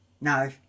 no